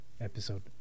episode